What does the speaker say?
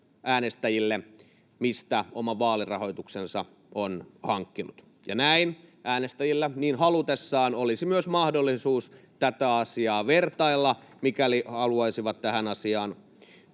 äänestäjille, mistä oman vaalirahoituksensa on hankkinut, ja näin äänestäjillä niin halutessaan olisi myös mahdollisuus tätä asiaa vertailla, mikäli haluaisivat tähän asiaan